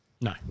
No